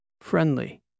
friendly